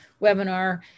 webinar